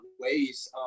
ways